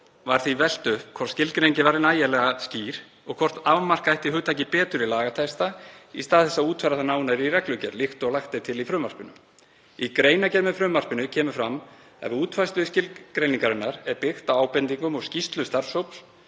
var því velt upp hvort skilgreiningin væri nægilega skýr og hvort afmarka ætti hugtakið betur í lagatexta í stað þess að útfæra það nánar í reglugerð líkt og lagt er til í frumvarpinu. Í greinargerð með frumvarpinu kemur fram að við útfærslu skilgreiningarinnar er byggt á ábendingum úr skýrslu starfshóps